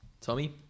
Tommy